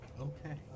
Okay